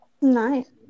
Nice